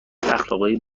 اخلاقای